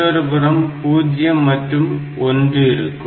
மற்றொருபுறம் 0 மற்றும் 1 இருக்கும்